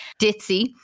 ditzy